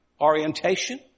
orientation